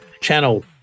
channel